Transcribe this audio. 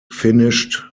finished